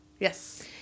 Yes